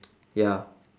ya